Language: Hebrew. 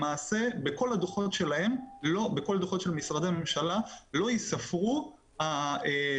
למעשה בכל הדוחות של משרדי הממשלה לא ייספרו הדיווחים